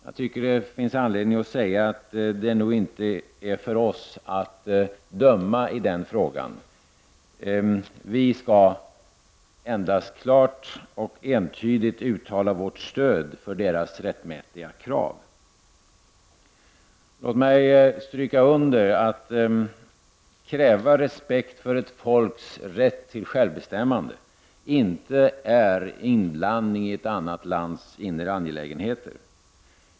Jag tycker att det finns anledning att säga att det nog inte ankommer på oss att döma i den frågan. Vi skall endast klart och entydigt uttala vårt stöd för litauernas rättmätiga krav. Att kräva respekt för ett folks rätt till självständighet är inte inblandning i ett annat lands inre angelägenheter.